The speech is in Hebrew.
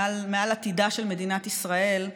מעל עתידה של מדינת ישראל,